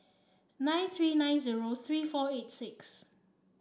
nine three nine zero three four eight six